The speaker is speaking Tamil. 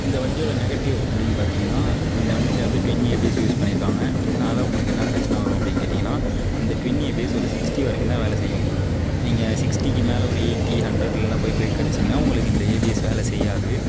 இந்த வண்டியோட நெகட்டிவ் அப்படின்னு பார்த்திங்கனா இந்த வண்டியில் வந்து டுவின் ஏபிஸ் யூஸ் பண்ணியிருக்காங்க இதனால் உங்களுக்கு என்ன பிரச்சின வரும் அப்படின்னு கேட்டிங்கனால் இந்த டுவின் ஏபிஸ் ஒரு சிக்ஸ்ட்டி வரைக்கும் தான் வேலை செய்யும் நீங்கள் சிக்ஸ்ட்டிக்கு மேலே ஒரு எயிட்டி ஹண்ட்ரட்டெலாம் போய் பிரேக் அடிச்சுங்கனா உங்களுக்கு இந்த ஏபிஎஸ் வேலை செய்யாது